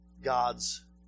god's